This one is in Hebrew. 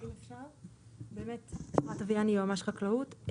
אני יועצת משפטית של משרד החקלאות.